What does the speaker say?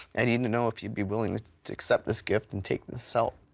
i need to know if you'd be willing to accept this gift and take this help.